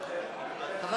הצעה?